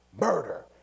murder